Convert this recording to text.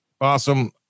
awesome